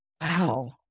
Wow